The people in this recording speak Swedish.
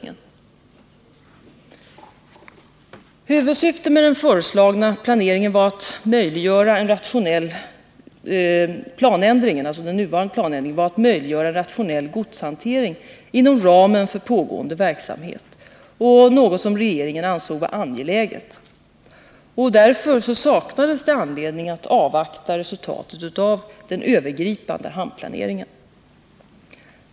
Huvudsyftet med den föreslagna planändringen var att möjliggöra en rationell godshantering inom ramen för pågående verksamhet, något som regeringen ansåg vara angeläget. Därför saknades det anledning att avvakta resultatet av den övergripande hamnplaneringen.